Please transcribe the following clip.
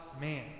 man